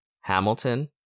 Hamilton